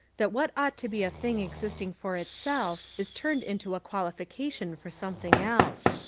that what ought to be a thing existing for itself is turned into a quahfication for some thing else.